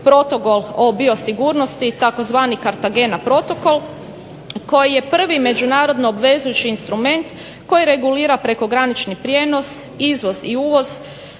protokol o biosigurnosti takozvani Kartagena protokol koji je prvi međunarodno obvezujući instrument koji regulira prekogranični prijenos, izvoz i uvoz,